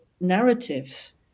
narratives